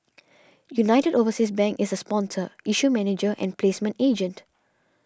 United Overseas Bank is sponsor issue manager and placement agent